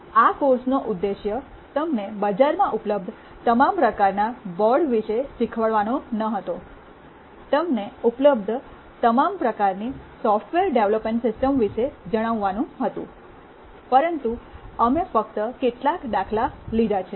આ કોર્સનો ઉદ્દેશ્ય તમને બજારમાં ઉપલબ્ધ તમામ પ્રકાર ના બોર્ડ વિશે શીખવવાનો ન હતો તમને ઉપલબ્ધ તમામ પ્રકારની સોફ્ટવેર ડેવલપમેન્ટ સિસ્ટમ્સ વિશે જણાવવાનું હતું પરંતુ અમે ફક્ત કેટલાક દાખલા લીધા છે